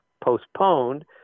postponed